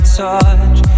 touch